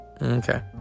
Okay